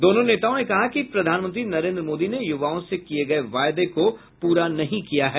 दोनों नेताओं ने कहा कि प्रधानामंत्री नरेन्द्र मोदी ने युवाओं से किये गये वायदे को पूरा नहीं किया है